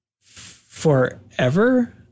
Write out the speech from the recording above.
forever